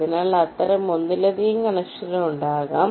അതിനാൽ അത്തരം ഒന്നിലധികം കണക്ഷനുകൾ ഉണ്ടാകാം